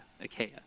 Achaia